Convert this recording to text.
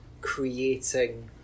creating